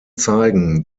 zeigen